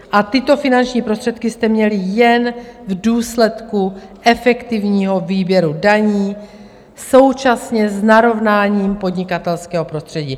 A tyto finanční prostředky jste měli jen v důsledku efektivního výběru daní současně s narovnáním podnikatelského prostředí.